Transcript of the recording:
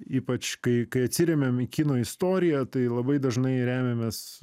ypač kai kai atsiremiam į kino istoriją tai labai dažnai remiamės